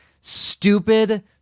stupid